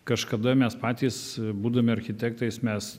kažkada mes patys būdami architektais mes